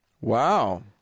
Wow